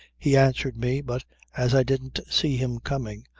he answered me, but as i didn't see him coming,